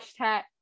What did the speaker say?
hashtag